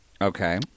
Okay